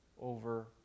over